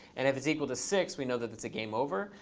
and if it's equal to six, we know that it's a game over.